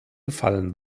gefallen